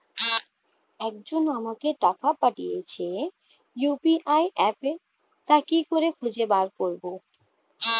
একজন আমাকে টাকা পাঠিয়েছে ইউ.পি.আই অ্যাপে তা কি করে খুঁজে বার করব?